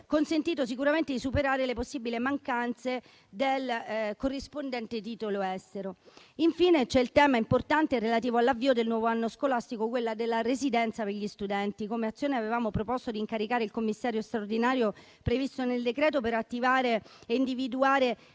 consentito sicuramente di superare le possibili mancanze del corrispondente titolo estero. Infine, c'è il tema importante relativo all'avvio del nuovo anno scolastico, quello della residenza degli studenti. Come Azione, avevamo proposto di incaricare il commissario straordinario previsto nel decreto per attivare e individuare